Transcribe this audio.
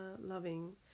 loving